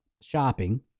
shopping